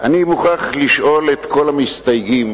אני מוכרח לשאול את כל המסתייגים